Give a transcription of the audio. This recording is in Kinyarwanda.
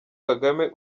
kagame